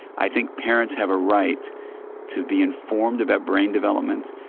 i think parents have a right to be informed about brain development,